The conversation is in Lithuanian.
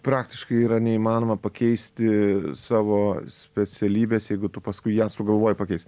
praktiškai yra neįmanoma pakeisti savo specialybės jeigu tu paskui ją sugalvoji pakeist